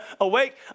awake